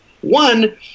One